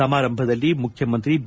ಸಮಾರಂಭದಲ್ಲಿ ಮುಖ್ಯಮಂತ್ರಿ ಬಿ